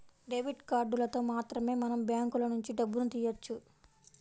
debit కార్డులతో మాత్రమే మనం బ్యాంకులనుంచి డబ్బును తియ్యవచ్చు